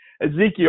Ezekiel